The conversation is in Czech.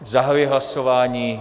Zahajuji hlasování.